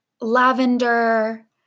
lavender